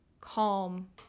calm